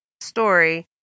story